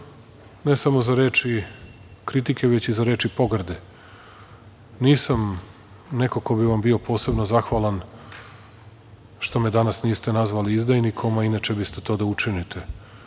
ne samo za reči kritike, već i za reči pogrde. Nisam neko ko bi vam bio posebno zahvalan, što me danas niste nazvali izdajnikom, a inače biste to da učinite,